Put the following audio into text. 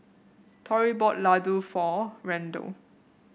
Torey bought Ladoo for Randel